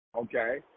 Okay